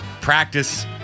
practice